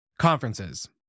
Conferences